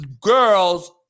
girls